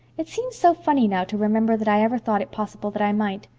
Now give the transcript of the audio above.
it seems so funny now to remember that i ever thought it possible that i might.